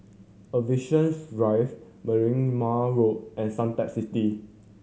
Aviation Drive Merlimau Road and Suntec City